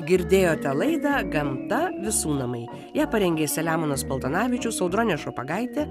girdėjote laidą gamta visų namai ją parengė selemonas paltanavičius audronė šopagaitė